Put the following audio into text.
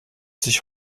sich